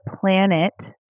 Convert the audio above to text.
planet